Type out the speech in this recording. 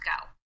go